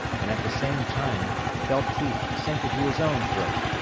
and at the same time felt teeth sink into his own throat.